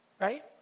Right